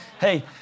Hey